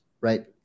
right